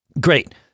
Great